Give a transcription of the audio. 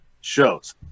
shows